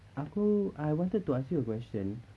aku I wanted to ask you a question